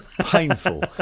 painful